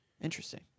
Interesting